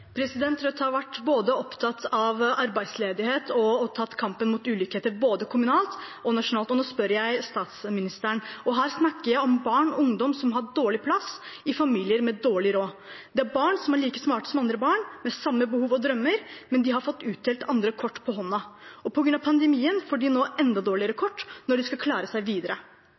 Rødt har både vært opptatt av arbeidsledighet og tatt kampen mot ulikhet, både kommunalt og nasjonalt, og nå spør jeg statsministeren om barn og ungdom som har dårlig plass, i familier med dårlig råd. Det er barn som er like smarte som andre barn, med samme behov og drømmer, men de har fått utdelt andre kort. Og på grunn av pandemien får de nå enda dårligere kort når de skal klare seg videre.